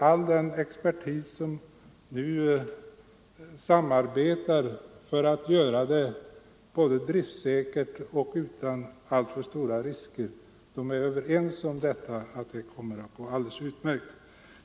Alla experter som nu samarbetar för att göra anläggningen driftsäker och utan alltför stora risker i övrigt är överens om att det kommer att gå alldeles utmärkt.